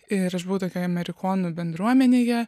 ir aš buvau tokioj amerikonų bendruomenėje